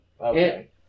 Okay